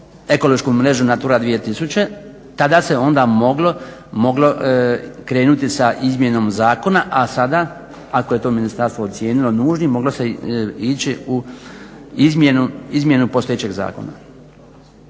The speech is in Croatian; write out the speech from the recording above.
ekološku mrežu NATURA 2000. tada se onda moglo krenuti sa izmjenom zakona, a sada ako je to ministarstvo ocijenilo nužnim moglo se ići u izmjenu postojećeg zakona.